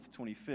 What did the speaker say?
25th